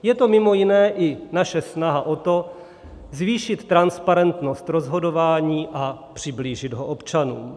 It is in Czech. Je to mimo jiné i naše snaha o to zvýšit transparentnost rozhodování a přiblížit ho občanům.